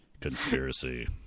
Conspiracy